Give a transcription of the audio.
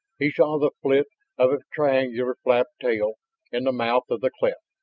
he saw the flirt of a triangular flap-tail in the mouth of the cleft.